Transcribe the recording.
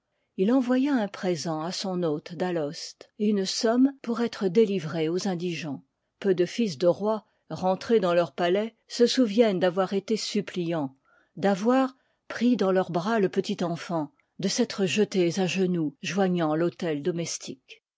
il envoya un présent à son hôte d'alost et une somme pour être délivrée aux indigens peu de fils de rois rentrés dans leurs palais se souviennent d'avoir été supplians d'avoir m plut m dans leurs bras le petit enfant de s'être étésthem à genoux joignant l autel domestique